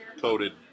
coated